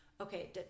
okay